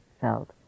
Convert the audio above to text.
felt